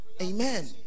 Amen